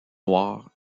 noire